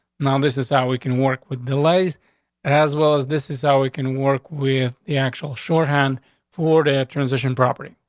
now, this is how we can work with delays as well as this is how we can work with the actual short hand for the transition property.